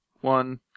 one